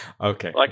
Okay